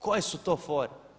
Koje su to fore?